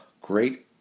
great